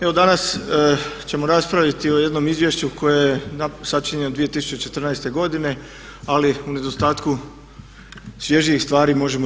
Evo danas ćemo raspraviti o jednom izvješću koje je sačinjeno 2014. godine ali u nedostatku svježijih stvari možemo i